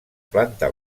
planta